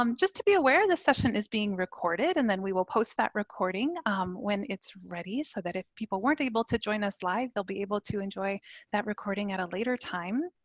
um just to be aware this session is being recorded and then we will post that recording when it's ready so that is people weren't able to join us live, they'll be able to enjoy that recording at a later time.